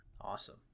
Awesome